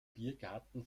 biergarten